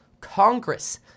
Congress